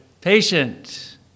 patient